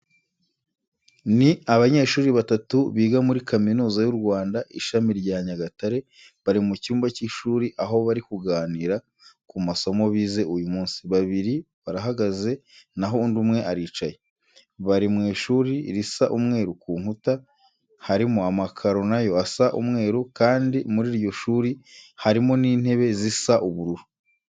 Ni abanyeshuri batatu biga muri kaminuza y'u Rwanda ishami rya Nyagatare, bari mu cyumba cy'ishuri aho bari kuganira ku masomo bize uyu munsi, babiri barahagaze naho undi umwe aricaye. Bari mu ishuri risa umweru ku nkuta, harimo amakaro na yo asa umweru kandi muri iryo shuri harimo n'intebe zisa ubururu.